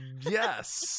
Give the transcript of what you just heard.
yes